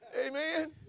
Amen